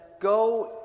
go